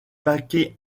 paquets